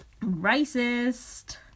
Racist